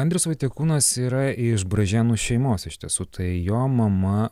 andrius vaitiekūnas yra iš bražėnų šeimos iš tiesų tai jo mama